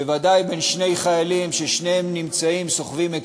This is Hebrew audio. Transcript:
בוודאי בין שני חיילים ששניהם סוחבים את